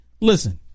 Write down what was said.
Listen